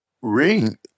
ring